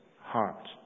heart